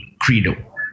credo